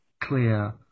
clear